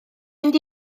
mynd